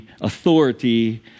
authority